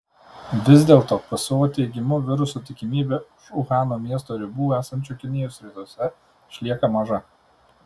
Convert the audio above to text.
vis dėl to pso teigimu viruso tikimybė už uhano miesto ribų esančio kinijos rytuose išlieka maža